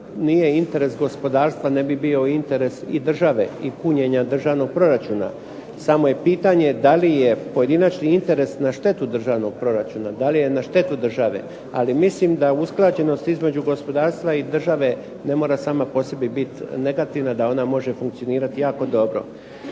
nije interes gospodarstva ne bi bio interes i države i punjenja državnog proračuna, samo je pitanje da li je pojedinačni interes na štetu državnog proračuna, da li je na štetu države, ali mislim da usklađenost između gospodarstva i države ne mora sama po sebi biti negativna da ona može funkcionirati jako dobro.